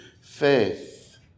faith